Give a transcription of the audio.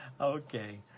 Okay